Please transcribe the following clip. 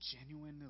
genuinely